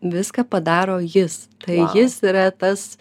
viską padaro jis tai jis yra tas